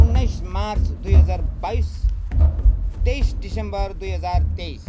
उन्नाइस मार्च दुई हजार बाइस तेइस दिसम्बर दुई हजार तेइस